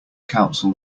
council